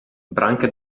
branca